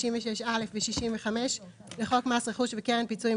36(א) ו-65 לחוק מס רכוש וקרן פיצויים,